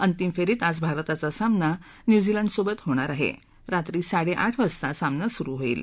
अंतिम फ्रींत आज भारताचा सामना न्यूझिलंडसोबत होणार आहा जेत्री साडझिठ वाजता सामना सुरु होईल